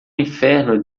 inferno